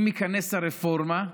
עם היכנס הרפורמה,